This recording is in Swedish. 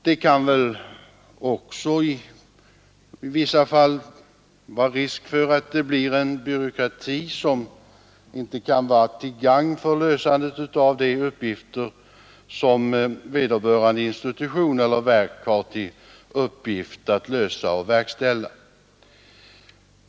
I vissa fall finns det också risk för att det uppstår en byråkrati som inte kan vara till gagn för lösandet av de uppgifter som vederbörande institution eller verk har att handlägga.